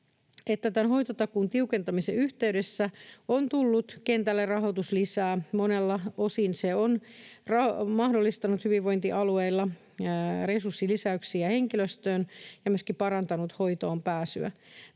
hoitotakuun tiukentamisen yhteydessä on tullut kentälle rahoituslisää. Monelta osin se on mahdollistanut hyvinvointialueilla resurssilisäyksiä henkilöstöön ja myöskin parantanut hoitoonpääsyä.